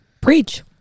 preach